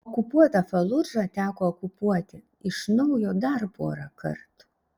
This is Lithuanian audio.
okupuotą faludžą teko okupuoti iš naujo dar porą kartų